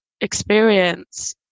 experience